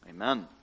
Amen